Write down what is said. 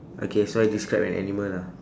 okay so I describe an animal lah